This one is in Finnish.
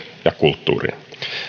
ja kulttuuriin